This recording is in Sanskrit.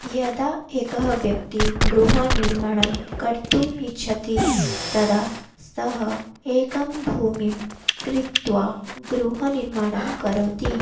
यदा एका व्यक्तिः गृहनिर्माणं कर्तुम् इच्छति तदा सा एकां भूमिं क्रीत्वा गृहनिर्माणं करोति